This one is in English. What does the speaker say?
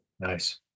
Nice